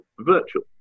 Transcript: virtual